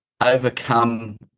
overcome